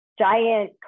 giant